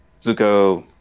Zuko